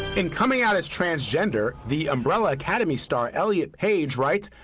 and coming out as transgender, the umbrella academy star elliott page rates,